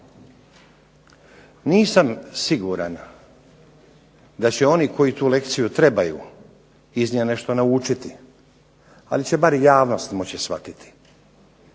Nisam siguran da će oni koji tu lekciju trebaju iz nje nešto naučiti, ali će bar javnost moći shvatiti